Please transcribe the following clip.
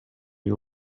you